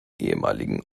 ehemaligen